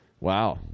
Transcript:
Wow